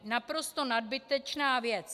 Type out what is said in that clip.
Naprosto nadbytečná věc.